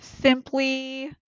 Simply